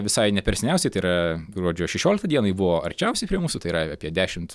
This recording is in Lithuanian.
visai ne per seniausiai tai yra gruodžio šešioliktą dieną ji buvo arčiausiai prie mūsų tai yra apie dešimt